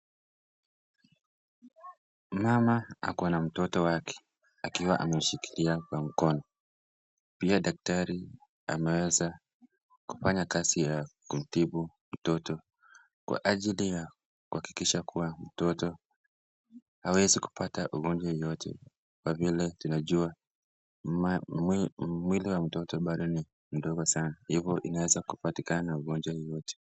Mama ako na mtoto wake akiwa ameshikilia kwa mkono, pia daktari ameweza kufanya kazi ya kumtibu mtoto kwa ajili ya kuhakikisah kuwa mtoto hawezi kupata ugonjwa yeyote kwa vile tunajua mwili wa mtoto ni mdogo sana hivo unaweza kupatikana na ugonjwa yeyote.